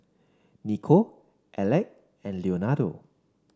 Nico Aleck and Leonardo